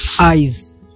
Eyes